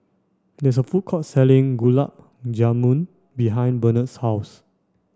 there is a food court selling Gulab Jamun behind Benard's house